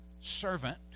servant